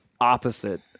opposite